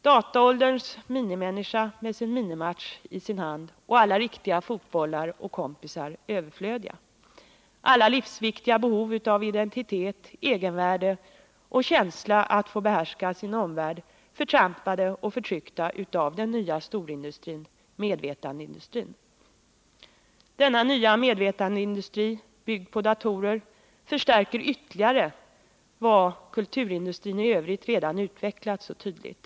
Dataålderns minimänniska med sin minimatch i handen gör alla riktiga fotbollar och kompisar överflödiga. Alla livsviktiga behov av identitet, egenvärde och känsla att få behärska sin omvärld förtrampas och förtrycks av den nya storindustrin, medvetandeindustrin. Denna nya medvetandeindustri, byggd på datorer, förstärker ytterligare vad kulturindustrin redan utvecklat så tydligt.